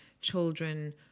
children